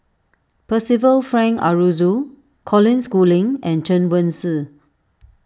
Percival Frank Aroozoo Colin Schooling and Chen Wen Hsi